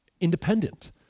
independent